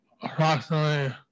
Approximately